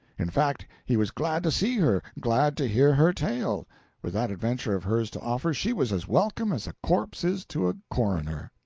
in fact, he was glad to see her, glad to hear her tale with that adventure of hers to offer, she was as welcome as a corpse is to a coroner.